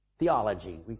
theology